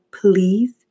please